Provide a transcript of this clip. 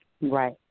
Right